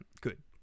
Good